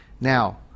Now